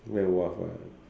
where wharf ah